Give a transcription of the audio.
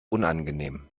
unangenehm